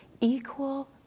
equal